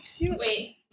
Wait